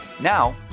Now